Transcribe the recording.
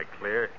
clear